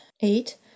eight